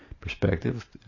perspective